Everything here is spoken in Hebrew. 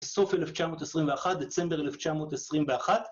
סוף 1921, דצמבר 1921.